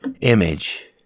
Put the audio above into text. image